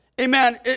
amen